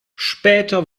später